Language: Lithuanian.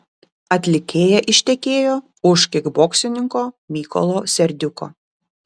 atlikėja ištekėjo už kikboksininko mykolo serdiuko